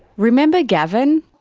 remember gavin?